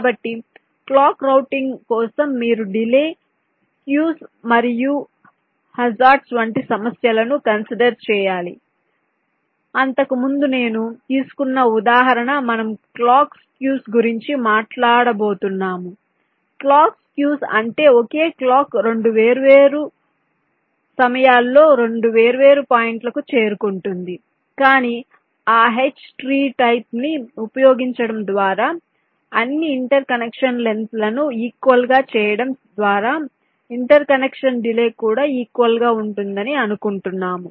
కాబట్టి clock routing కోసం మీరు డిలే స్కూస్ మరియు హజార్డ్స్ వంటి సమస్యలను కన్సిడర్ చేయాలి అంతకుముందు నేను తీసుకున్న ఉదాహరణ మనము క్లాక్ స్కూస్ గురించి మాట్లాడుబో తున్నాము క్లాక్ స్కూస్ అంటే ఒకే క్లాక్ 2 వేర్వేరు సమయాల్లో 2 వేర్వేరు పాయింట్లకు చేరుకుంటుంది కాని ఆ H ట్రీ టైపు ని ఉపయోగించడం ద్వారా అన్ని ఇంటర్ కనెక్షన్ లెన్త్ లను ఈక్వల్ గా చేయడం ద్వారా ఇంటర్ కనెక్షన్ డిలే కూడా ఈక్వల్ గా ఉంటుందని అనుకుంటున్నాము